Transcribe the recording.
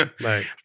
Right